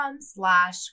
slash